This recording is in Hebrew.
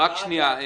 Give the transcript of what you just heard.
שנייה.